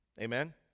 amen